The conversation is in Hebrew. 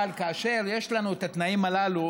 אבל כאשר יש לנו את התנאים הללו,